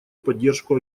поддержку